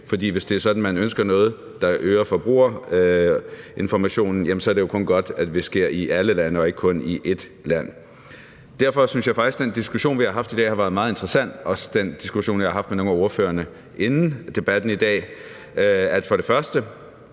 for hvis det er sådan, at man ønsker noget, der øger forbrugerinformationen, så er det jo kun godt, at det sker i alle lande og ikke kun i et land. Derfor synes jeg faktisk, at den diskussion, vi har haft i dag, har været meget interessant, også den diskussion, jeg har haft med nogle af ordførerne inden debatten i dag. Først